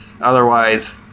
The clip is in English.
Otherwise